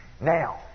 Now